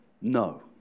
No